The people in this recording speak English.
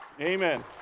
amen